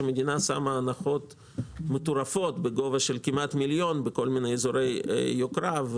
שהמדינה שמה הנחות מטורפות בגובה של כמעט מיליון בכל מיני אזורי יוקרה.